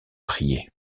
prier